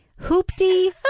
hoopty